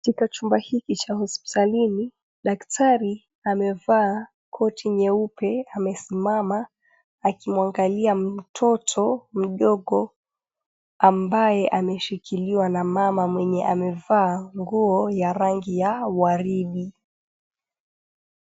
Katika chumba hiki cha hospitalini, daktari amevaa koti nyeupe, amesimama akimwangalia mtoto mdogo ambaye ameshikiliwa na mama mwenye amevaa nguo ya rangi ya waridi.